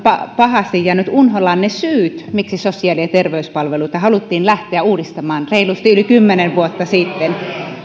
pahasti jääneet unholaan ne syyt miksi sosiaali ja terveyspalveluita haluttiin lähteä uudistamaan reilusti yli kymmenen vuotta sitten